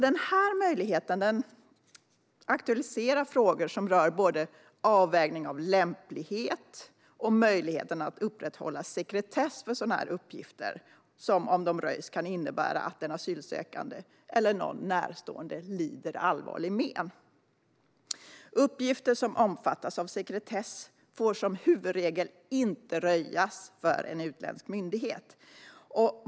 Denna möjlighet aktualiserar frågor som rör både avvägningar i fråga om lämplighet och möjligheten att upprätthålla sekretess för sådana uppgifter som om de röjs kan innebära att den asylsökande eller någon närstående lider allvarliga men. Uppgifter som omfattas av sekretess får som huvudregel inte röjas för en utländsk myndighet.